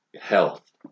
health